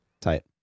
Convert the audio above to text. Tight